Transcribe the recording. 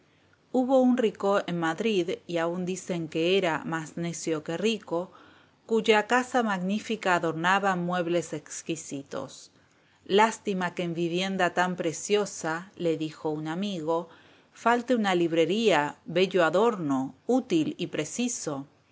hubo un rico en madrid y aun dicen que era más necio que rico cuya casa magnífica adornaban muebles exquisitos lástima que en vivienda tan preciosa le dijo un amigo falte una librería bello adorno útil y preciso